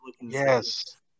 Yes